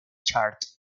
chart